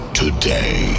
today